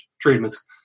treatments